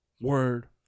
word